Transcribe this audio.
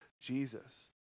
Jesus